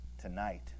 tonight